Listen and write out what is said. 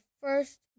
first